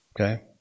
Okay